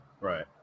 Right